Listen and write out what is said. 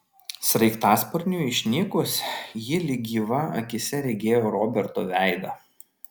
sraigtasparniui išnykus ji lyg gyvą akyse regėjo roberto veidą